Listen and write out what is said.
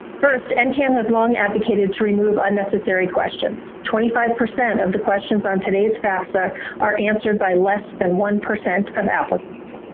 first, and ncan has long advocated to remove unnecessary questions. twenty five percent of the questions on today's fafsa are answered by less than and one percent of applicants.